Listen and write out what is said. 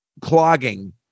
clogging